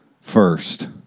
first